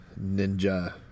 ninja